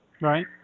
Right